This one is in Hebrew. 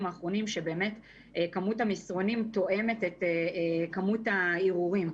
האחרונים שבאמת כמות המסרונים תואמת את כמות הערעורים.